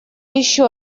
еще